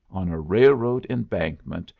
on a railroad embankment,